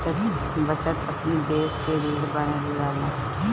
बचत अपनी देस के रीढ़ मानल जाला